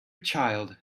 child